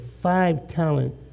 five-talent